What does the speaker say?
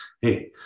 hey